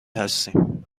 هستیم